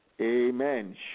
Amen